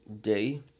day